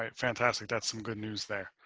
ah fantastic. that's some good news there.